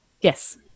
yes